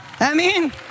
Amen